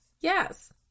Yes